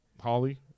Holly